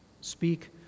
Speak